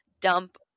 dump